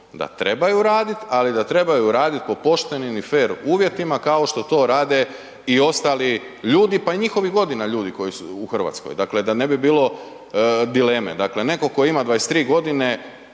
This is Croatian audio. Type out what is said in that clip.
da trebaju radit, ali da trebaju radit po poštenim i fer uvjetima kao što to rade i ostali ljudi, pa i njihovih godina ljudi koji su u RH, dakle da ne bi bilo dileme, dakle neko ko ima 23.g. i